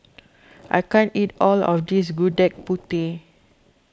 I can't eat all of this Gudeg Putih